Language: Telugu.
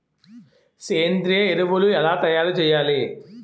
సేంద్రీయ ఎరువులు ఎలా తయారు చేయాలి?